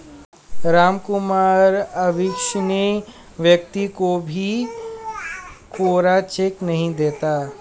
रामकुमार अविश्वसनीय व्यक्ति को कभी भी कोरा चेक नहीं देता